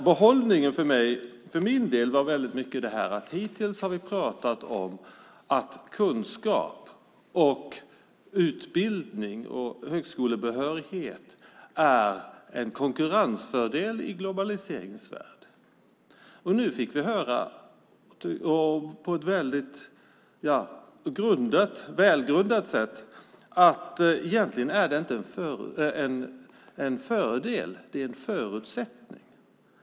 Behållningen för min del var att vi hittills har pratat om att kunskap, utbildning och högskolebehörighet är en konkurrensfördel i globaliseringens värld. Nu fick vi, på ett välgrundat sätt, höra att det egentligen inte är en fördel utan en förutsättning.